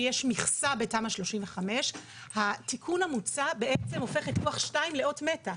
שיש מכסה בתמ"א 35. התיקון המוצע בעצם הופך את לוח2 לאות מתה,